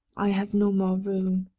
i have no more room,